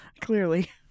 Clearly